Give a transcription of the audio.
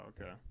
okay